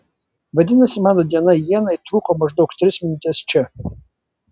vadinasi mano diena ienai truko maždaug tris minutes čia